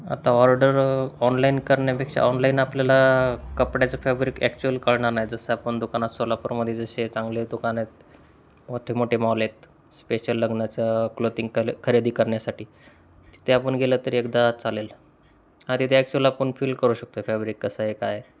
आता order online करण्यापेक्षा online आपल्याला कपड्याचं फॅब्रिक ॲक्च्युअल कळणार नाही जसं आपण दुकानात सोलापूरमध्ये जसे चांगले दुकानं आहेत मोठे मोठे मॉल आहेत स्पेशल लग्नाचं क्लोथिंग कल खरेदी करण्यासाठी तिथे आपण गेलं तरी एकदा चालेल हा तिथे ॲक्च्युअल आपण फील करू शकतो फॅब्रिक कसं आहे काय